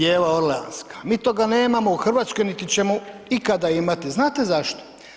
Djeva Orleanska, mi toga nemamo u Hrvatskoj niti ćemo ikada imati, znate zašto?